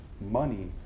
money